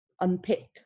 unpick